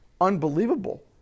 unbelievable